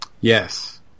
Yes